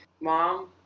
Mom